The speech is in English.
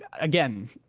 again